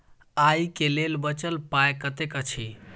आइ केँ लेल बचल पाय कतेक अछि?